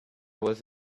was